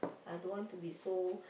I don't want to be so